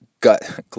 gut